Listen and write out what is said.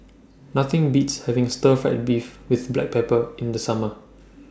Nothing Beats having Stir Fried Beef with Black Pepper in The Summer